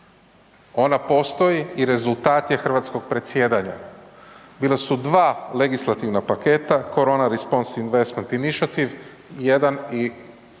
ona postoji i rezultat je hrvatskog predsjedanja. Bila su 2 legislativna paketa Corona response investment initiative jedan i